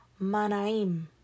manaim